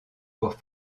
pour